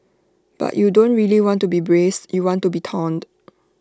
but you don't really want to be braced you want to be taunt